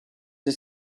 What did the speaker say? the